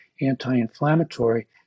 anti-inflammatory